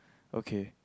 okay